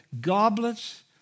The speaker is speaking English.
goblets